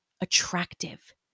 attractive